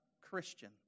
Christian